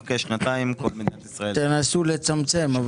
כשנתיים כל מדינת ישראל --- תנסו לצמצם,